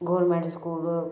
government school